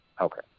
okay